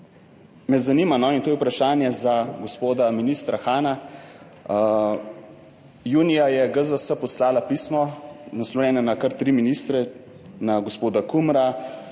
pa konkretno – to je vprašanje za gospoda ministra Hana – junija je GZS poslala pismo, naslovljeno na kar tri ministre, na gospoda Kumra,